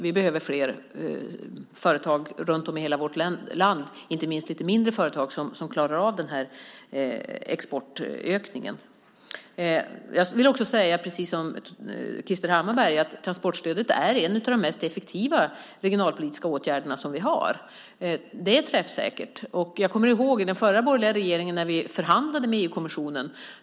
Vi behöver fler företag runt om i hela vårt land, inte minst lite mindre företag som klarar av den här exportökningen. Jag vill också säga, precis som Krister Hammarbergh, att transportstödet är en av de mest effektiva regionalpolitiska åtgärder som vi har. Det är träffsäkert. Jag kommer ihåg när vi i den förra borgerliga regeringen förhandlade med EU-kommissionen.